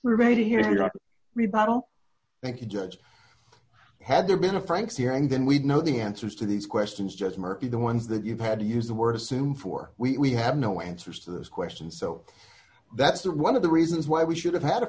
rebuttal thank you judge had there been a franks here and then we'd know the answers to these questions just murky the ones that you've had to use the word assume for we have no answers to those questions so that's one of the reasons why we should have had a